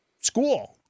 school